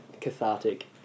cathartic